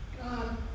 God